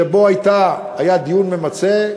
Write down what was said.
שבו היה דיון ממצה,